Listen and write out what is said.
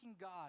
God